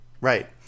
Right